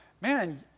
man